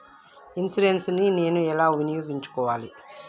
Insurance ని నేను ఎలా వినియోగించుకోవాలి?